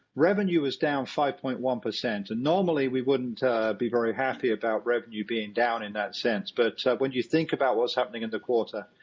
revenue is down five point one. normally we wouldn't be very happy about revenue being down in that sense. but when you think about what's happening in the quarter,